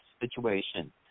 situation